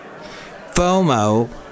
FOMO